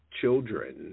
children